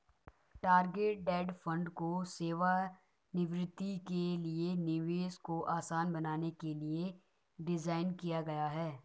target date fund को सेवानिवृत्ति के लिए निवेश को आसान बनाने के लिए डिज़ाइन किया गया है